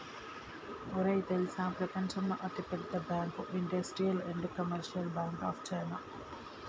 ఒరేయ్ తెల్సా ప్రపంచంలో అతి పెద్ద bank industrial and commercial bank of China